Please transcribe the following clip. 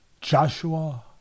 Joshua